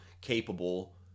capable